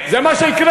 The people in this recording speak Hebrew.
זה מה שיקרה.